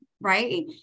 right